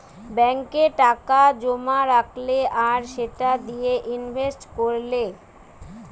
ব্যাংকে টাকা জোমা রাখলে আর সেটা দিয়ে ইনভেস্ট কোরলে